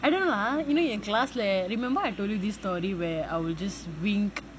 I don't know lah I mean in class leh remember I told you this story where I will just wink